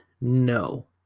No